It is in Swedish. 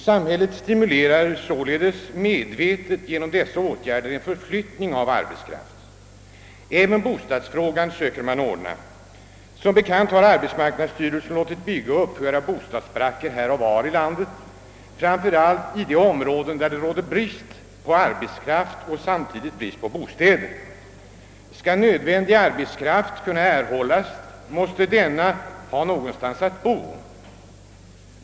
Samhället stimulerar således medvetet genom dessa åtgärder en förflyttning av arbetskraft. Även bostadsfrågan söker man ordna. Som bekant har arbetsmarknadsstyrelsen låtit uppföra bostadsbaracker här och var i landet, framför allt i de områden där det råder brist på arbetskraft och samtidigt saknas bostäder. Skall nödvändig arbetskraft kunna erhållas, måste denna ha någonstans att bo.